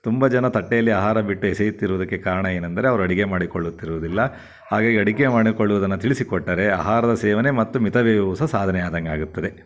ತುಂಬ ಜನ ತಟ್ಟೆಯಲ್ಲಿ ಆಹಾರ ಬಿಟ್ಟು ಎಸೆಯುತ್ತಿರುವುದಕ್ಕೆ ಕಾರಣ ಏನೆಂದರೆ ಅವ್ರು ಅಡುಗೆ ಮಾಡಿಕೊಳ್ಳುತ್ತಿರುವುದಿಲ್ಲ ಹಾಗಾಗಿ ಅಡುಗೆ ಮಾಡಿಕೊಳ್ಳುವುದನ್ನ ತಿಳಿಸಿಕೊಟ್ಟರೆ ಆಹಾರದ ಸೇವನೆ ಮತ್ತು ಮಿತವ್ಯಯವು ಸಹ ಸಾಧನೆ ಆದಂಗೆ ಆಗುತ್ತದೆ